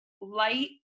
light